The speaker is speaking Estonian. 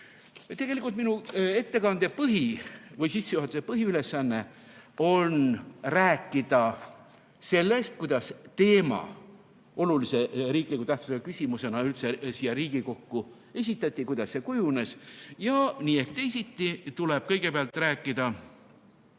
Tegelikult minu ettekande või sissejuhatuse põhiülesanne on rääkida sellest, kuidas see teema olulise tähtsusega riikliku küsimusena üldse siia Riigikokku esitati, kuidas see kujunes. Nii või teisiti tuleb kõigepealt rääkida